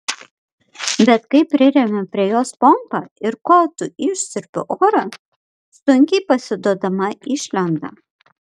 bet kai priremiu prie jos pompą ir kotu išsiurbiu orą sunkiai pasiduodama išlenda